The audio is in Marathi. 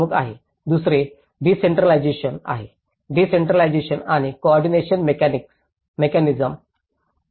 दुसरे डिसेंट्रलाजेशन आहे डिसेंट्रलाजेशन आणि कोऑर्डिनेशन मेकॅनिसम्स